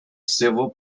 civil